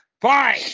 Fine